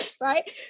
right